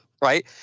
right